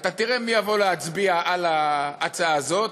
אתה תראה מי יבוא להצביע על ההצעה הזאת,